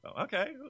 okay